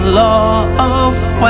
love